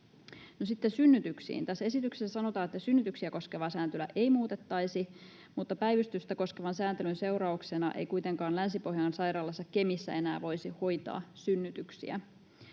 sitten synnytyksiin: Tässä esityksessä sanotaan, että synnytyksiä koskevaa sääntelyä ei muutettaisi, mutta päivystystä koskevan sääntelyn seurauksena ei kuitenkaan Länsi-Pohjan sairaalassa Kemissä enää voisi hoitaa synnytyksiä.